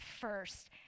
first